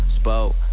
spoke